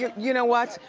you know what?